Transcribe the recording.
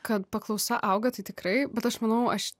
kad paklausa auga tai tikrai bet aš manau aš